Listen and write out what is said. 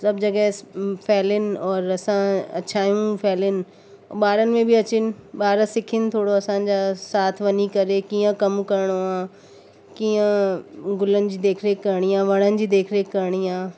सभु जॻह फैलियन और असां अच्छायूं फैलनि ॿारनि में बि अचनि ॿार सिखण थोरो असांजा साथ वञी करे कीअं कम करिणो आहे कीअं गुलनि जी देखरेख करिणी आहे वणन जी देखरेख करिणी आहे